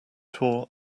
tore